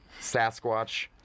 Sasquatch